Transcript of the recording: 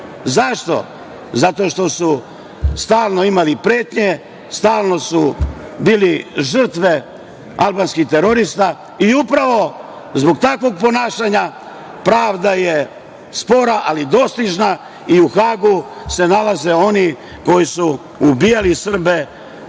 Zašto? Zato što su stalno imali pretnje, stalno su bili žrtve albanskih terorista i upravo zbog takvog ponašanja pravda je spora, ali dostižna i u Hagu se nalaze oni koji su ubijali Srbe